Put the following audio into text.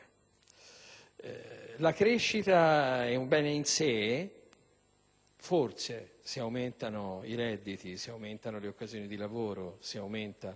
La crescita è un bene in sé? Forse, se aumentano i redditi e se aumentano le occasioni di lavoro. Però questa